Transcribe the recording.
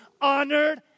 honored